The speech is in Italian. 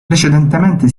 precedentemente